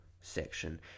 section